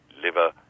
liver